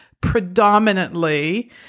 predominantly